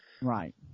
Right